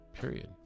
period